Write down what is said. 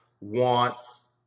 wants